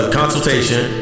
consultation